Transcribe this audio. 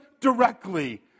directly